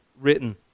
written